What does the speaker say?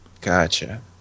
Gotcha